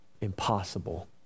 impossible